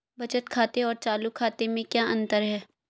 बचत खाते और चालू खाते में क्या अंतर है?